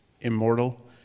immortal